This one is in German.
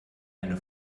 eine